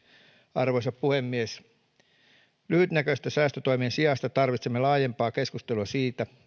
arvoisa puhemies lyhytnäköisten säästötoimien sijasta tarvitsemme laajempaa keskustelua siitä